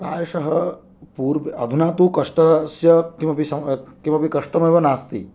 प्रायशः पूर्ब् अधुना तु कष्टस्य किमपि किमपि कष्टमेव नास्ति